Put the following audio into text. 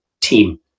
team